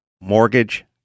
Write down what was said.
mortgage